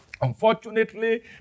Unfortunately